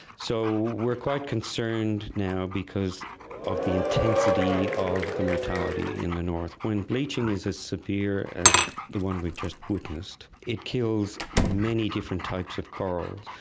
so we're quite concerned now because of the intensity of the mortality in the north. when bleaching is as severe as the one we've just witnessed, it kills many different types of coral.